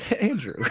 Andrew